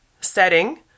setting